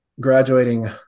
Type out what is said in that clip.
graduating